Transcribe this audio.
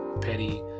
petty